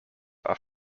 are